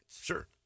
Sure